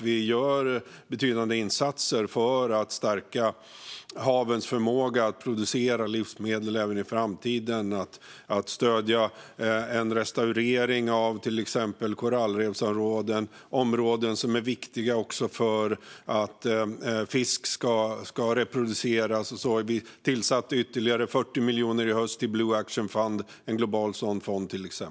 Vi gör betydande insatser för att stärka havens förmåga att producera livsmedel även i framtiden genom att till exempel stödja en restaurering av korallrevsområden, områden som är viktiga också för att fisk ska reproduceras. Vi tillsköt till exempel ytterligare 40 miljoner i höst till den globala Blue Action Fund.